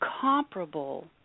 comparable